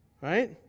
Right